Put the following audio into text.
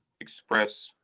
express